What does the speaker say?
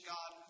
God